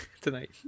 tonight